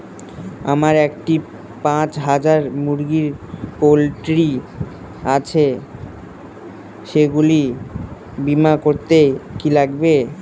আমার একটি পাঁচ হাজার মুরগির পোলট্রি আছে সেগুলি বীমা করতে কি লাগবে?